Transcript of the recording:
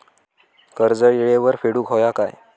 कर्ज येळेवर फेडूक होया काय?